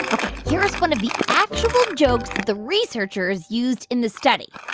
ok, here's one of the actual jokes the researchers used in the study.